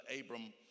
Abram